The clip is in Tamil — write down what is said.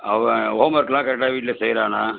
அவ ஹோம் ஒர்க்கெலாம் கரெக்ட்டாக வீட்டில் செய்கிறானா